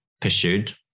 pursued